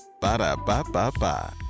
Ba-da-ba-ba-ba